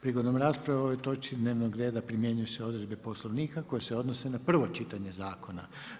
Prigodom rasprave o ovoj točci dnevnog reda primjenjuju se odredbe Poslovnika koje se odnose na prvo čitanje zakona.